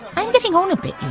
i'm getting on a bit, you